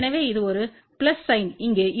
எனவே இது ஒரு பிளஸ் சைன் இங்கே